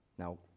Now